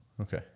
Okay